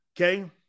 Okay